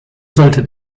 sollte